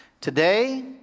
today